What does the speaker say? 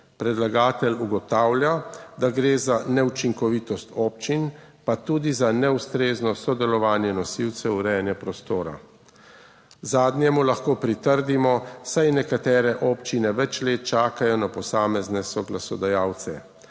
predlagatelj ugotavlja, da gre za neučinkovitost občin pa tudi za neustrezno sodelovanje nosilcev urejanja prostora. Zadnje mu lahko pritrdimo, saj nekatere občine več let čakajo na posamezne soglasodajalce,